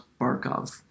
Barkov